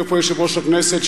יושב פה יושב-ראש הכנסת,